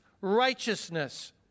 righteousness